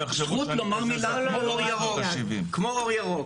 אני צריך להודות שיש לי זכות לומר מילה כמו אור ירוק.